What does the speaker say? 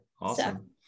awesome